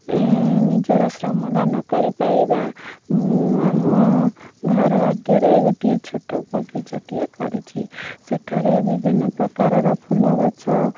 ନିଜର ଶ୍ରମ ଦାନ କରିପାରିବା ମୁଁ ଆମ ଘର ଆଗରେ ଗୋଟିଏ ଛୋଟ ବଗିଚାଟିଏ କରିଛି ସେଠାରେ ବିଭିନ୍ନପ୍ରକାରର ଫୁଲଗଛ